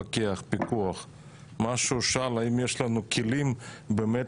לפקח, מה שהוא שאל זה האם יש לנו כלים לפקח.